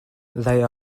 they